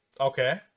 Okay